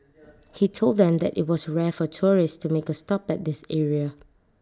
he told them that IT was rare for tourists to make A stop at this area